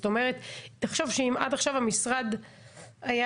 תחשוב שאם עד עכשיו המשרד היה,